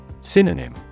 Synonym